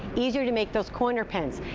easier to make those corner pins.